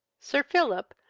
sir philip,